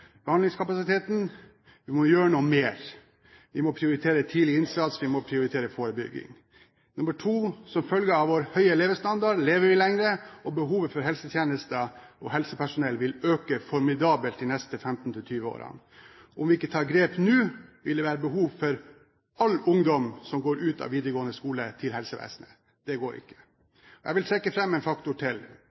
behandlingskapasiteten, vi må gjøre noe mer. Vi må prioritere tidlig innsats, vi må prioritere forebygging. Nummer to: Som følge av vår høye levestandard lever vi lenger, og behovet for helsetjenester og helsepersonell vil øke formidabelt de neste 15–20 årene. Om vi ikke tar grep nå, vil det være behov for all ungdom som går ut av videregående skole, i helsevesenet, og det går ikke. Jeg vil trekke fram en faktor til: